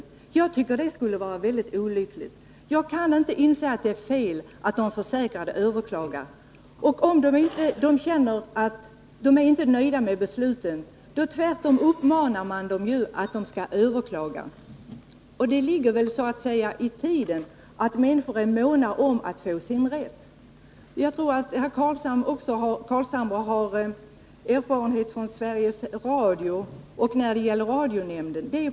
Jag tycker det skulle vara mycket olyckligt. Jag kan inte inse att det är fel att de försäkrade överklagar försäkringskassornas beslut. Tvärtom. Om de försäkrade inte är nöjda med besluten uppmanas de att överklaga. Det ligger i tiden så att säga att människor är måna om att få sin rätt. Jag tror att herr Carlshamre har erfarenhet från Sveriges Radio och radionämnden.